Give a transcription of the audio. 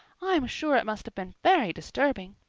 i'm sure it must have been very disturbing.